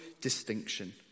distinction